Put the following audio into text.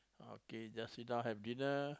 okay just sit down have dinner